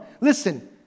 Listen